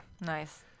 Nice